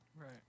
Right